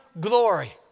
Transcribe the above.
glory